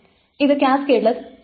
ഇത് കാസ്കേഡ്ലെസ്സ് അല്ല